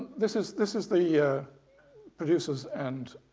this is this is the ah producers and